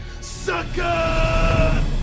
sucker